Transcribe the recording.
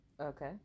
Okay